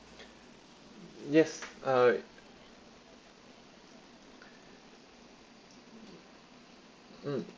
yes uh mm